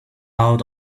out